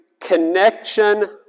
Connection